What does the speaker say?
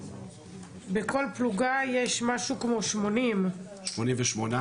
בכל פלוגה יש משהו כמו 80. 88,